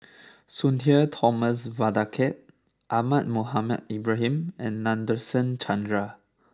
Sudhir Thomas Vadaketh Ahmad Mohamed Ibrahim and Nadasen Chandra